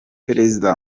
perezida